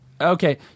Okay